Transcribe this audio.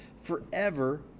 forever